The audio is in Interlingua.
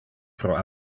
pro